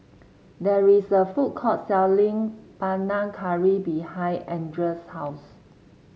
there is a food court selling Panang Curry behind Andra's house